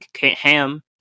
ham